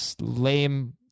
lame